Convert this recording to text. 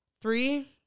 Three